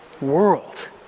world